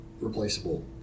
replaceable